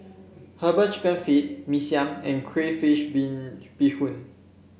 herbal chicken feet Mee Siam and crayfish been beehoon